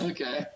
Okay